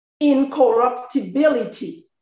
incorruptibility